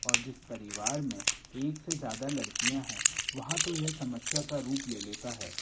और जिस परिवार में एक से ज़्यादा लड़कियाँ हैं वहाँ तो यह समस्या का रुप ले लेता है